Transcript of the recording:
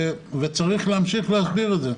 צריך להמשיך להסביר את זה.